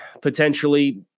potentially